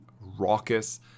Raucous